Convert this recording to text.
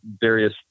various